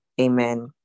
amen